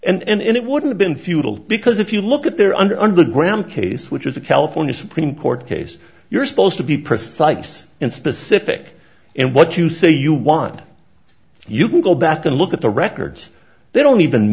event and it wouldn't been futile because if you look at their under under graham case which is a california supreme court case you're supposed to be precise in specific and what you say you want you can go back and look at the records they don't even